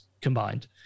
combined